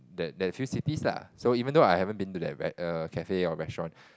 that that few cities lah so even though I haven't been to that err cafe or restaurant